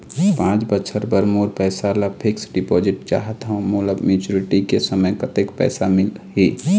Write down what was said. पांच बछर बर मोर पैसा ला फिक्स डिपोजिट चाहत हंव, मोला मैच्योरिटी के समय कतेक पैसा मिल ही?